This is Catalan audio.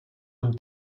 amb